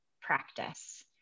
practice